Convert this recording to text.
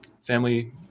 family